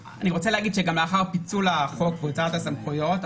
לאחר פיצול החוק והוצאת הסמכויות,